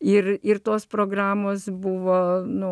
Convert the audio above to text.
ir ir tos programos buvo nu